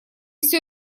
все